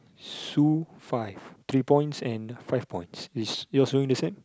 Sue five three points and five points is yours doing the same